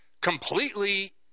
completely